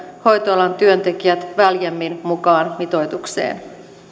hoitoalan työntekijät väljemmin mukaan mitoitukseen